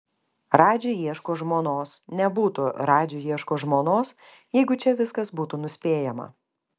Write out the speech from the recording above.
radži ieško žmonos nebūtų radži ieško žmonos jei čia viskas būtų nuspėjama